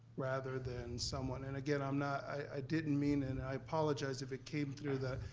rather than someone and again, i'm not, i didn't mean, and i apologize if it came through the,